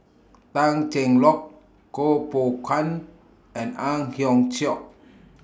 Tan Cheng Lock Kuo Pao Kun and Ang Hiong Chiok